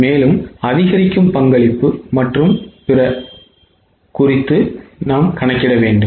மேலும் அதிகரிக்கும் பங்களிப்பு மற்றும் பிற குறித்து கணக்கிடுங்கள்